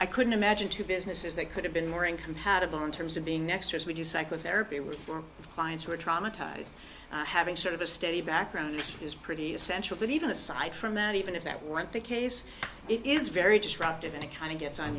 i couldn't imagine two businesses that could have been more incompatible in terms of being next as we do psychotherapy with clients who are traumatized having sort of a steady background which is pretty essential but even aside from that even if that wasn't the case it is very destructive and a kind of gets on